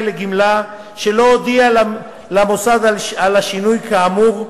לגמלה שלא הודיע למוסד על השינוי כאמור,